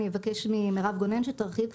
אני אבקש ממירב גונן שתרחיב.